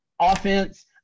offense